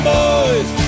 boys